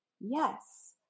Yes